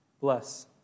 Bless